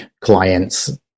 clients